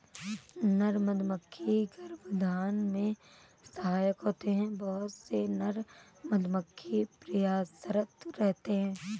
नर मधुमक्खी गर्भाधान में सहायक होते हैं बहुत से नर मधुमक्खी प्रयासरत रहते हैं